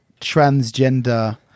transgender